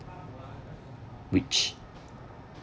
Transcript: which